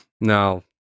no